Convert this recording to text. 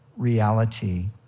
reality